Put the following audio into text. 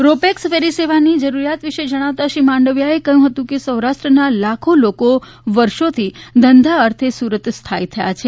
row pax ferry સેવાની જરૂરીયાત વિષે જણાવતા શ્રી મનસુખ માંડવિયાએ કહ્યું હતું કે સૌરાષ્ટ્રના લાખો લોકો વર્ષોથી ધંધાર્થે સુરત સ્થાયી થયા છે